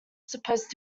supposed